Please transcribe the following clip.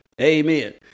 Amen